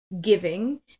giving